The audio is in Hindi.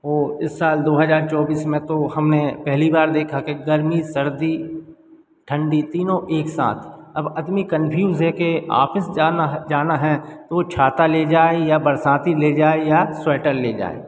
और इस साल दो हज़ार चौबीस में तो हमने पहली बार देखा कि गर्मी सर्दी ठंडी तीनों एक साथ अब अदमी कंफ्यूज़ है के आफिस जाना जाना है तो वह छाता ले जाए या बरसाती ले जाए या स्वेटर ले जाए